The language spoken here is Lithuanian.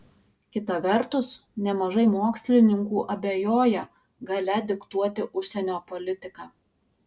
kita vertus nemažai mokslininkų abejoja galia diktuoti užsienio politiką